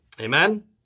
Amen